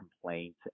complaint